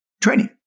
training